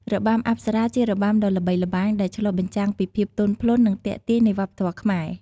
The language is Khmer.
របាំអប្សរា ជារបាំដ៏ល្បីល្បាញ ដែលឆ្លុះបញ្ចាំងពីភាពទន់ភ្លន់ និងទាក់ទាញនៃវប្បធម៌ខ្មែរ។